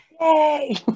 Yay